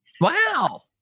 Wow